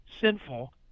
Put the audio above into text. sinful